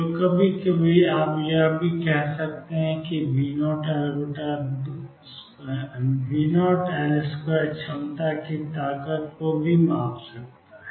तो कभी कभी आप यह भी कहते हैं कि V0L2 क्षमता की ताकत को मापता है